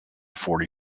forty